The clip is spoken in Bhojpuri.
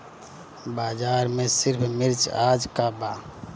बाजार में मिर्च आज का बा?